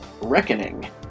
Reckoning